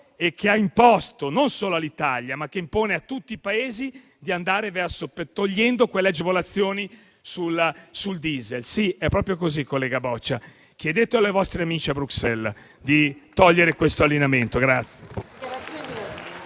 e che ha imposto non solo all'Italia, ma a tutti i Paesi, di togliere le agevolazioni sul diesel. Sì, è proprio così, collega Boccia: chiedete ai vostri amici a Bruxelles di togliere questo allineamento.